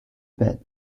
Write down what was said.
bed